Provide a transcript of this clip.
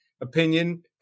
opinion